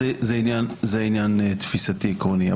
זה עניין תפיסתי עקרוני.